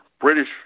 British